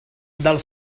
del